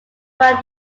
around